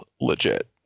legit